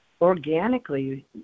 organically